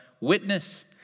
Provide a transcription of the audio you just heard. witness